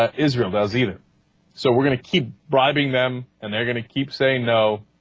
ah israel does it it so we're gonna keep driving them and they're gonna keep saying no